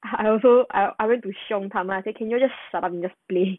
I also I I went to 凶他们 I say can you just shut up and just play